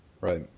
Right